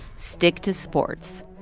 stick to sports.